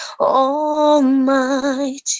Almighty